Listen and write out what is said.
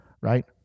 right